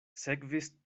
sekvis